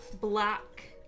black